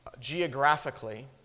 geographically